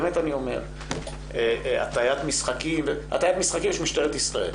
באמת אני אומר - הטיית משחקים של משטרת ישראל.